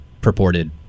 purported